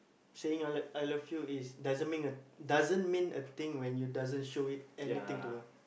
saying your l~ I love you is doesn't mean a doesn't mean a thing when you doesn't show it anything to her